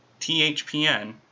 THPN